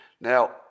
Now